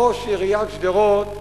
ראש עיריית שדרות,